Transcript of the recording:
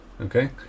Okay